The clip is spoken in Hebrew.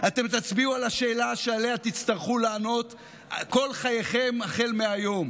אתם תצביעו על השאלה שעליה תצטרכו לענות כל חייכם החל מהיום,